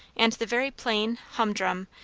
and the very plain, humdrum,